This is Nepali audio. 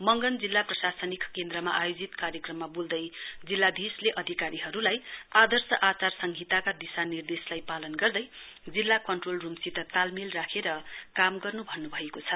मंगन जिल्ला प्रशासनिक केन्द्रमा आयोजित कार्यक्रममा बोल्दै जिल्लाधीशले अधिकारीहरूलाई आदर्श आचार संहिताका दिशानिर्देशलाई पालन गर्दै जिल्ला कन्ट्रोल रूमसित तालमेल राखेर काम गर्नु भन्नुभएको छ